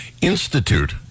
institute